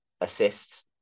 assists